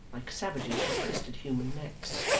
like savages who twisted human necks.